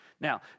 Now